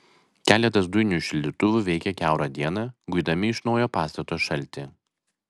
keletas dujinių šildytuvų veikė kiaurą dieną guidami iš naujo pastato šaltį